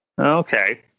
Okay